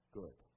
good